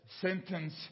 sentence